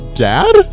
dad